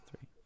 three